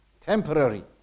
temporary